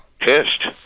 Pissed